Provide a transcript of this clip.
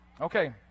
Okay